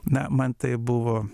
na man tai buvo